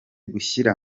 gushyira